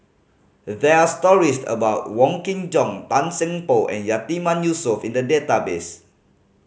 there are stories about Wong Kin Jong Tan Seng Poh and Yatiman Yusof in the database